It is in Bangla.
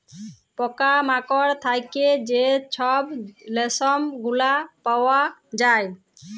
পকা মাকড় থ্যাইকে যে ছব রেশম গুলা পাউয়া যায়